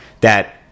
that-